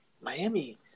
Miami